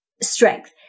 strength